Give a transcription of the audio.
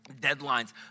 deadlines